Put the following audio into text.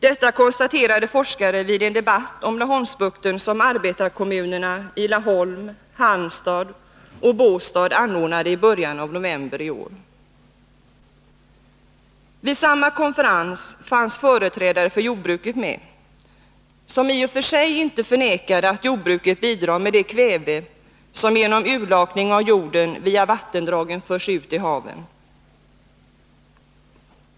Detta konstaterade forskare vid en debatt om Laholmsbukten som arbetarekommunerna i Laholm, Halmstad och Båstad anordnade i början av november i år. Vid samma konferens fanns företrädare för jordbruket med, som i och för sig inte förnekade att jordbruket bidrar med det kväve som genom urlakning av jorden via vattendragen förs ut i havet.